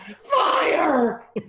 fire